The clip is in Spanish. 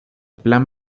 plan